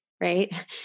right